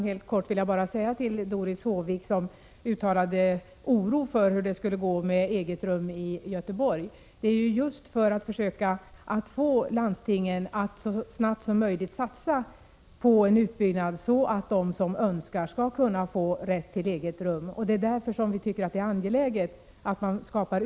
Herr talman! Margareta Andréns avsikt är väl ändå inte att man skall använda pengarna i delpensionsfonden till att skapa möjligheter att erbjuda eget rum. Jag utgår från att det inte var avsikten.